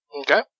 Okay